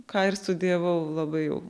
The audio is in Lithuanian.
ką ir studijavau labai jau